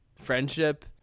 friendship